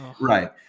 Right